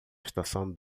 estação